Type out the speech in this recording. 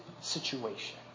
situation